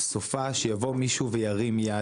סופה שיבוא מישהו וירים יד.